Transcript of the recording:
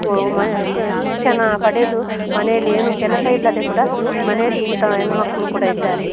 ಕು ಮನೆಯ ಕ ಶಿಕ್ಷಣ ಪಡೆದು ಮನೆಯಲ್ಲಿ ಏನು ಕೆಲಸ ಇಲ್ಲದೆ ಕೂಡ ಮನೆಯಲ್ಲಿ ಕೂತ ಹೆಣ್ಮಕ್ಳು ಕೂಡ ಇದ್ದಾರೆ